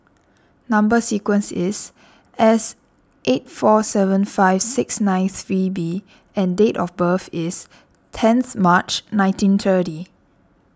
Number Sequence is S eight four seven five six nine three B and date of birth is tenth March nineteen thirty